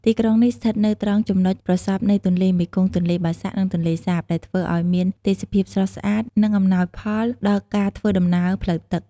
ទីក្រុងនេះស្ថិតនៅត្រង់ចំណុចប្រសព្វនៃទន្លេមេគង្គ ទន្លេបាសាក់ និងទន្លេសាប ដែលធ្វើឱ្យមានទេសភាពស្រស់ស្អាត និងអំណោយផលដល់ការធ្វើដំណើរផ្លូវទឹក។